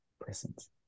presence